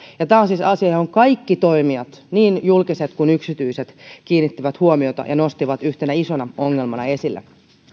ja tämä on siis asia johon kaikki toimijat niin julkiset kuin yksityiset kiinnittivät huomiota ja nostivat sen yhtenä isona ongelmana esille